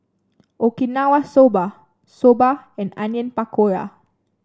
Okinawa Soba Soba and Onion Pakora